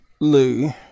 Lou